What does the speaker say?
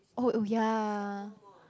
oh oh yeah